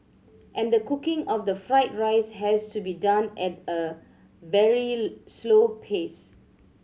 and the cooking of the fried rice has to be done at a very slow pace